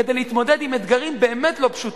כדי להתמודד עם אתגרים באמת לא פשוטים,